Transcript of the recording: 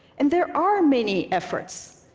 and there are many efforts.